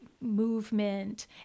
movement